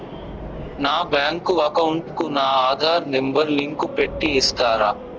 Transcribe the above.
నా bank account కు నా ఆధార్ నెంబర్ లింకు పెట్టి ఇస్తారా?